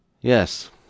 Yes